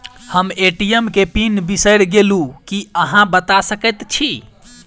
हम ए.टी.एम केँ पिन बिसईर गेलू की अहाँ बता सकैत छी?